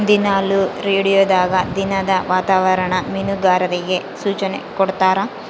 ದಿನಾಲು ರೇಡಿಯೋದಾಗ ದಿನದ ವಾತಾವರಣ ಮೀನುಗಾರರಿಗೆ ಸೂಚನೆ ಕೊಡ್ತಾರ